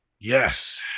Yes